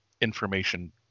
information